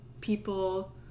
people